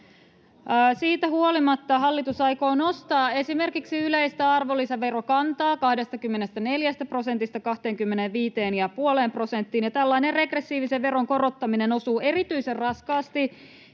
Siitä huolimatta hallitus aikoo nostaa esimerkiksi yleistä arvonlisäverokantaa 24 prosentista 25,5 prosenttiin, ja tällainen regressiivinen veron korottaminen osuu erityisen raskaasti